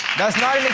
that's not